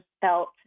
felt